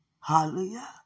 Hallelujah